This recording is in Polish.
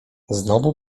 znowu